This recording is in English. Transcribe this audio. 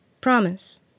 Promise